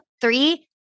three